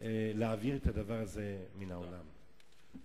להעביר את הדבר הזה מן העולם עד כמה שאפשר.